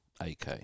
AK